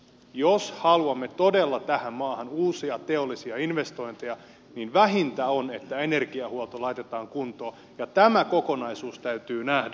jos haluamme todella tähän maahan uusia teollisia investointeja niin vähintä on että energiahuolto laitetaan kuntoon ja tämä kokonaisuus täytyy nähdä